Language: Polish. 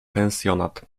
pensjonat